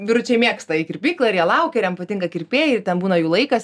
vyručiai mėgsta į kirpyklą ir jie laukia ir jiem patinka kirpėjai ir ten būna jų laikas